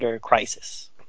crisis